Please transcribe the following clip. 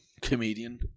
comedian